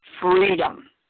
freedom